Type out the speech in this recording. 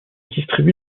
distribue